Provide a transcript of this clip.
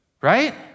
Right